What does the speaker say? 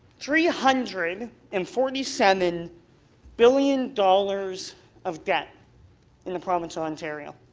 three hundred and forty seven billion dollars of debt in the province of ontario.